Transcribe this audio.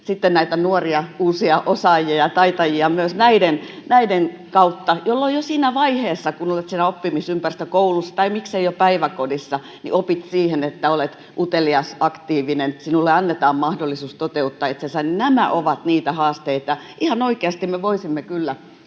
Eli näitä nuoria uusia osaajia ja taitajia tulee sitten myös näiden kautta, jolloin jo siinä vaiheessa, kun olet siinä oppimisympäristössä, koulussa tai miksei jo päiväkodissa, opit siihen, että olet utelias, aktiivinen, sinulle annetaan mahdollisuus toteuttaa itseäsi. Nämä ovat niitä haasteita. Ihan oikeasti me voisimme kyllä